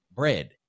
bread